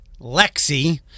Lexi